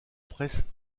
presse